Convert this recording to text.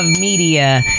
media